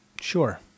Sure